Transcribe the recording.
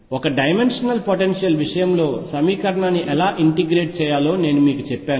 ఒక dimensional potential విషయంలో సమీకరణాన్ని ఎలా ఇంటిగ్రేట్ చేయాలో నేను మీకు చెప్పాను